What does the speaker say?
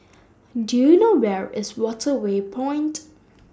Do YOU know Where IS Waterway Point